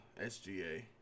SGA